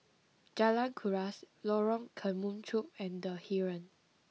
Jalan Kuras Lorong Kemunchup and the Heeren